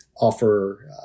offer